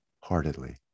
heartedly